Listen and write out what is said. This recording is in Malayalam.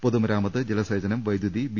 പൊതുമരാമത്ത് ജലസേചനം വൈദ്യുതി ബി